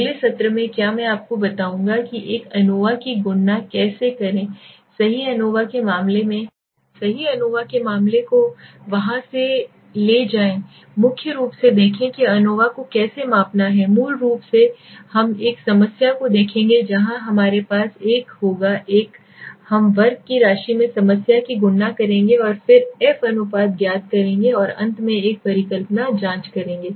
अगले सत्र में क्या मैं आपको बताऊंगा कि एक एनोवा की गणना कैसे करें सही एनोवा के मामले को वहां ले जाएं मुख्य रूप से देखें कि एनोवा को कैसे मापना है मूल रूप से हम एक समस्या को देखेंगे जहां हमारे पास एक होगा हम वर्ग की राशि में समस्या की गणना करेंगे और फिर f अनुपात ज्ञात करेंगे और अंत में एक परिकल्पना जांच करेंगे